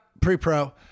Pre-pro